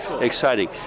exciting